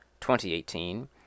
2018